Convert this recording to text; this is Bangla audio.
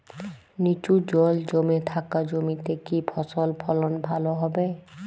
নিচু জল জমে থাকা জমিতে কি ফসল ফলন ভালো হবে?